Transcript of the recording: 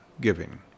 giving